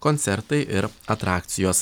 koncertai ir atrakcijos